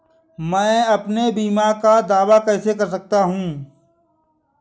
मैं अपने बीमा का दावा कैसे कर सकता हूँ?